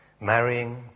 marrying